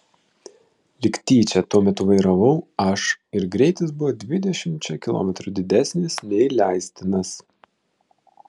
lyg tyčia tuo metu vairavau aš ir greitis buvo dvidešimčia kilometrų didesnis nei leistinas